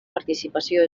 participació